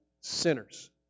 sinners